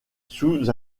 sous